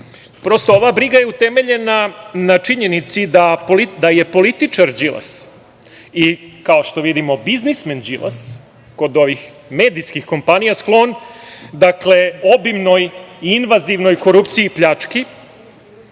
proizvodi? Ova briga je utemeljena na činjenici da je političar Đilas i, kao što vidimo, biznismen Đilas, kod ovih medijskih kompanija, sklon obimnoj i invazivnoj korupciji i pljački,